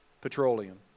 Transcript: Petroleum